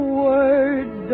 words